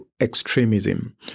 extremism